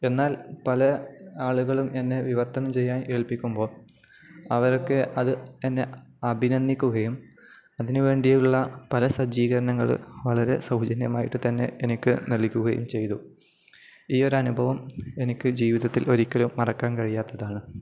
എന്നാൽ പല ആളുകളും എന്നെ വിവർത്തനം ചെയ്യാൻ ഏൽപ്പിക്കുമ്പോൾ അവർക്ക് അത് എന്നെ അഭിനന്ദിക്കുകയും അതിനു വേണ്ടിയുള്ള പല സജ്ജീകരണങ്ങള് വളരെ സൗജന്യമായിട്ട് തന്നെ എനിക്കു നൽകുകയും ചെയ്തു ഈ ഒരനുഭവം എനിക്കു ജീവിതത്തിൽ ഒരിക്കലും മറക്കാൻ കഴിയാത്തതാണ്